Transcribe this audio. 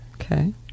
Okay